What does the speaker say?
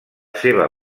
seva